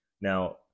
now